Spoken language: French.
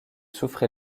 soufre